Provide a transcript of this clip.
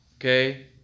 Okay